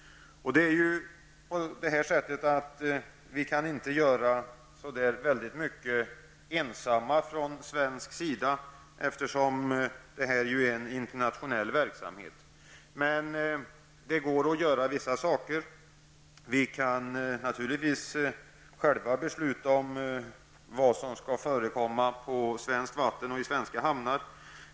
Vi i Sverige kan inte göra så mycket ensamma, eftersom det rör sig om en internationell verksamhet. Men det går att göra vissa saker. Vi kan naturligtvis själva besluta om vad som skall gälla på svenskt vatten och i svenska hamnar.